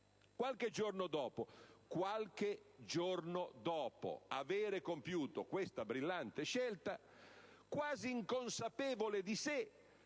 megahertz; qualche giorno dopo avere compiuto questa brillante scelta, quasi inconsapevole di sé,